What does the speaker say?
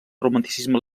romanticisme